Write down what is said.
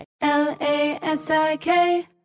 L-A-S-I-K